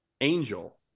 angel